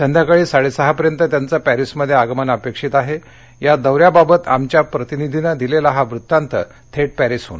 संध्याकाळी साडस्कापर्यंत त्यांचं पॅरिसमध्यआगमन अपक्षित आहआ दौऱ्याबाबत आमच्या प्रतिनिधीनं दिलली हा वृत्तांत थ्ट्रीॅरिसहन